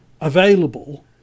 available